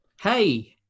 Hey